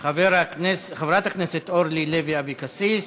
של חברת הכנסת אורלי לוי אבקסיס,